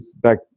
back